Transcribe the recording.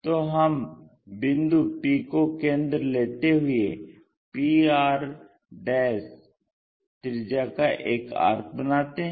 तो हम बिंदु p को केंद्र लेते हुए pr1 त्रिज्या का एक आर्क बनाते हैं